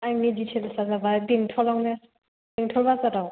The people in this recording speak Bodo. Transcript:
आंनि डिटेल्सआ जाबाय बेंटलावनो बेंटल बाजाराव